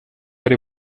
ari